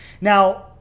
Now